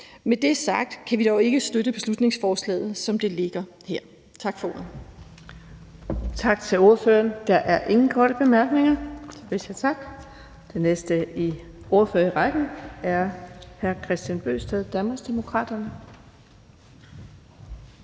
Med det sagt kan vi dog ikke støtte beslutningsforslaget, som det ligger her. Tak for ordet. Kl. 17:09 Den fg. formand (Birgitte Vind): Tak til ordføreren. Der er ingen korte bemærkninger, så vi siger tak. Den næste ordfører i rækken af hr. Kristian Bøgsted, Danmarksdemokraterne.